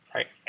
Right